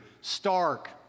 stark